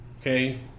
okay